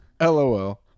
LOL